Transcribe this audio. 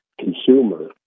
consumer